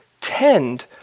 tend